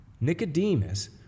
Nicodemus